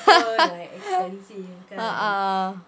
uh uh